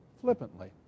flippantly